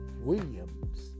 Williams